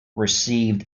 received